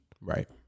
Right